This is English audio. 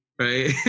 Right